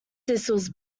thistles